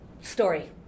story